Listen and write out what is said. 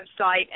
website